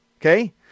Okay